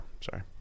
sorry